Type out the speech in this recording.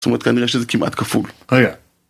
‫זאת אומרת, כנראה שזה כמעט כפול. ‫-אה, יה.